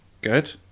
good